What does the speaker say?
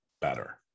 better